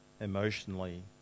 emotionally